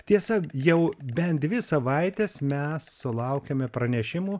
tiesa jau bent dvi savaitės mes sulaukiame pranešimų